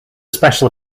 special